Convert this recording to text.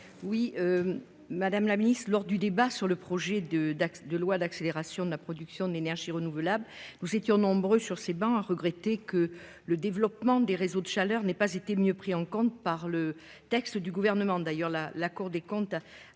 Madame la ministre, lors du débat sur le projet de loi relatif à l'accélération de la production d'énergies renouvelables, nous étions nombreux sur ces travées à regretter que le développement des réseaux de chaleur n'ait pas été mieux pris en compte dans le texte du Gouvernement. À ce titre, la Cour des comptes